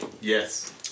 yes